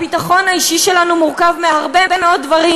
הביטחון האישי שלנו מורכב מהרבה מאוד דברים.